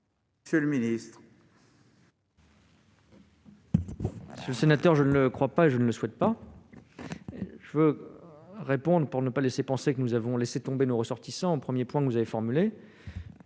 monsieur le ministre,